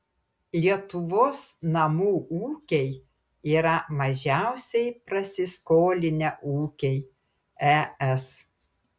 lietuvos namų ūkiai yra mažiausiai prasiskolinę ūkiai es